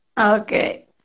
Okay